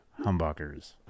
humbuckers